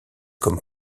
comme